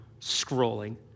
scrolling